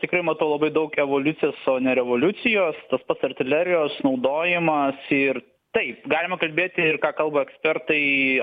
tikrai matau labai daug evoliucijos o ne revoliucijos tas pats artilerijos naudojamas ir taip galima kalbėti ir ką kalba ekspertai